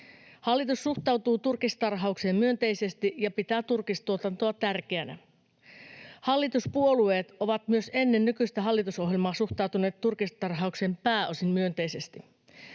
Hallitus suhtautuu turkistarhaukseen myönteisesti ja pitää turkistuotantoa tärkeänä. Hallituspuolueet ovat myös ennen nykyistä hallitusohjelmaa suhtautuneet turkistarhaukseen pääosin myönteisesti.